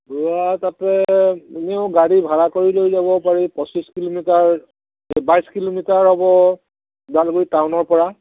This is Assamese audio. তাতে এনেও গাড়ী ভাড়া কৰি লৈ যাব পাৰি পঁচিছ কিলোমিটাৰ বাইছ কিলোমিটাৰ হ'ব ওদালগুৰি টাউনৰ পৰা